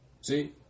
See